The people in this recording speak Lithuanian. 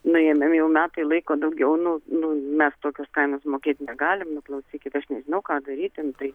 nuėmėm jau metai laiko daugiau nu nu mes tokios kainos mokėt negalim nu klausykite aš nežinau ką daryt ten tai